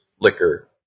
liquor